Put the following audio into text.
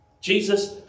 Jesus